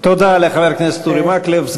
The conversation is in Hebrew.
תודה לחבר הכנסת אורי מקלב.